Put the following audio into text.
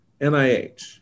NIH